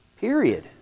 Period